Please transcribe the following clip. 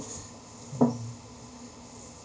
mm